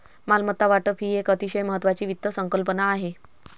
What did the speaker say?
मालमत्ता वाटप ही एक अतिशय महत्वाची वित्त संकल्पना आहे